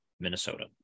minnesota